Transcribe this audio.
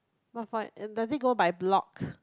does it go by block